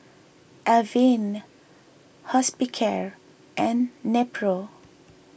Avene Hospicare and Nepro